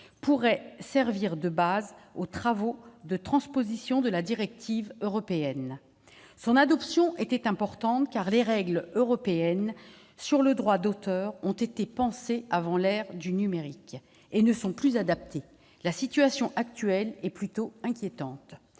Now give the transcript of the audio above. pourrait servir de base à la transposition de la directive européenne. L'adoption de ce texte était importante, car les règles européennes sur le droit d'auteur ont été pensées avant l'ère du numérique, et elles ne sont plus adaptées. La situation actuelle est plutôt inquiétante.